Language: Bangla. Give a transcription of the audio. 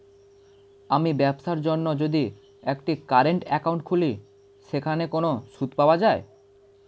আমি ব্যবসার জন্য যদি একটি কারেন্ট একাউন্ট খুলি সেখানে কোনো সুদ পাওয়া যায়?